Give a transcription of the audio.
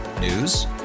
News